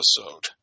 episode